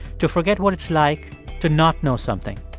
to forget what it's like to not know something.